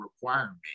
requirement